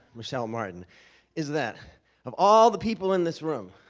michelle martin is that of all the people in this room?